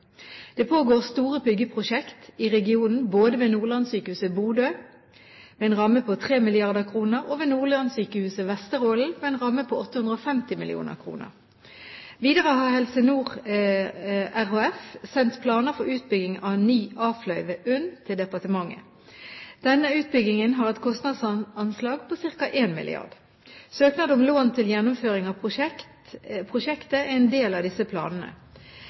regionen, både ved Nordlandssykehuset Bodø, med en ramme på 3 mrd. kr, og ved Nordlandssykehuset Vesterålen, med en ramme på 850 mill. kr. Videre har Helse Nord REF sendt planer for utbygging av ny A-fløy ved UNN til departementet. Denne utbyggingen har et kostnadsanslag på ca. 1 mrd. kr. Søknad om lån til gjennomføring av prosjektet er en del av disse planene.